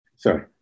sorry